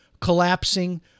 collapsing